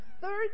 third